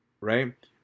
Right